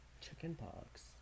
Chickenpox